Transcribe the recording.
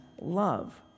love